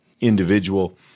individual